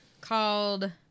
called